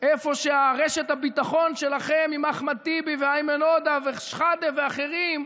איפה שרשת הביטחון שלכם עם אחמד טיבי ואיימן עודה ושחאדה ואחרים,